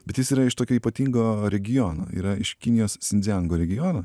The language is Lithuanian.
bet jis yra iš tokio ypatingo regiono yra iš kinijos sindziango regiono